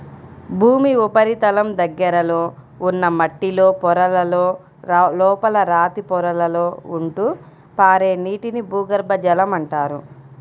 భూమి ఉపరితలం దగ్గరలో ఉన్న మట్టిలో పొరలలో, లోపల రాతి పొరలలో ఉంటూ పారే నీటిని భూగర్భ జలం అంటారు